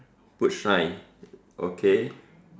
boot shine okay